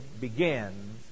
begins